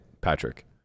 Patrick